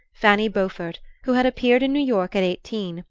fanny beaufort, who had appeared in new york at eighteen,